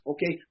Okay